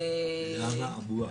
אמרו למה?